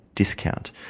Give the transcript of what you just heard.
discount